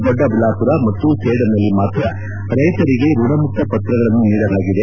ದೊಡ್ಡಬಳ್ಳಾಪುರ ಮತ್ತು ಸೇಡಂನಲ್ಲಿ ಮಾತ್ರ ರೈತರಿಗೆ ಋಣಮುಕ್ತ ಪತ್ರಗಳನ್ನು ನೀಡಲಾಗಿದೆ